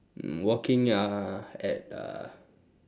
walking uh at uh